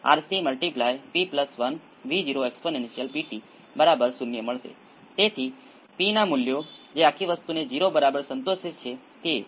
તેથી તે એક ફ્રિકવન્સી છે 1 બાય L C કરતાં ઘણી વધારે સારો અંદાજ શું છે 0 કરતાં વધુ આમાં બધી વિગતો નથી જ્યાં ω ની સર્વોચ્ચ ઘાત છે